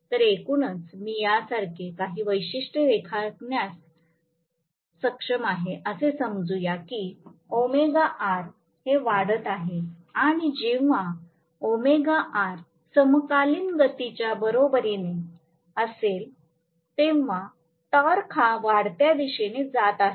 तर एकूणच मी यासारखे काही वैशिष्ट्ये रेखाटण्यास सक्षम आहे असे समजूया की हे वाढत आहे आणि जेव्हा समकालिक गतीच्या बरोबरीने असेल तेव्हा टॉर्क ह्या वाढत्या दिशेने जात आहे